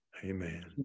amen